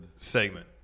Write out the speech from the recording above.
segment